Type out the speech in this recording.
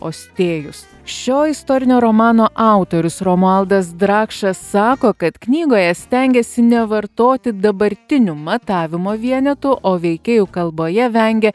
ostėjus šio istorinio romano autorius romualdas drakšas sako kad knygoje stengiasi nevartoti dabartinių matavimo vienetų o veikėjų kalboje vengia